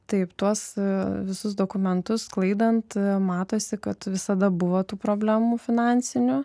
taip tuos visus dokumentus sklaidant matosi kad visada buvo tų problemų finansinių